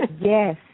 Yes